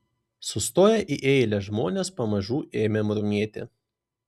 sustoję į eilę žmonės pamažu ėmė murmėti